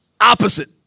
Opposite